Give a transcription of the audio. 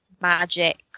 magic